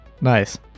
nice